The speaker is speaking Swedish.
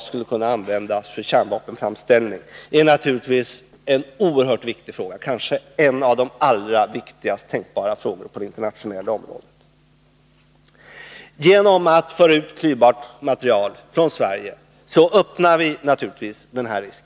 skulle kunna användas för kärnvapenframställning är naturligtvis en oerhört viktigt fråga — kanske en av de allra viktigast tänkbara på det internationella området. Genom att föra ut klyvbart material från Sverige öppnar vi naturligtvis denna risk.